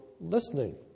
listening